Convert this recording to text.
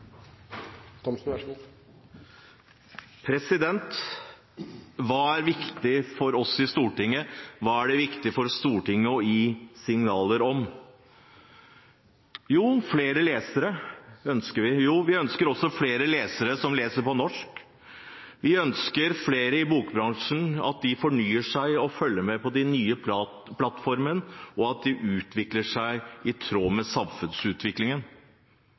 det viktig for Stortinget å gi signaler om? Jo, flere lesere ønsker vi. Vi ønsker også flere som leser på norsk. Vi ønsker at flere i bokbransjen fornyer seg og følger med på de nye plattformene – at de utvikler seg i tråd med